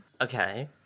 Okay